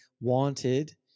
wanted